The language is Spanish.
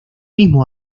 mismo